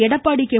Edappadi K